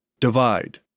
Divide